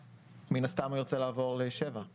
מן הסתם הוא היה רוצה לעבור ל-7ד.